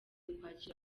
kwakira